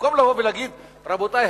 במקום לבוא ולהגיד: רבותי,